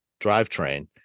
drivetrain